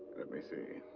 let me see.